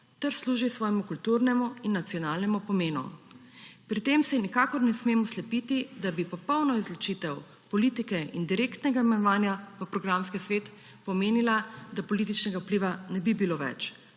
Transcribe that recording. ter služi svojemu kulturnemu in nacionalnemu pomenu. Pri tem se nikakor ne smemo slepiti, da bi popolna izločitev politike in direktnega imenovanja v programski svet pomenila, da političnega vpliva ne bi bilo več.